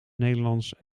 nederlands